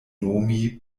nomi